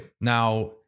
Now